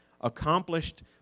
accomplished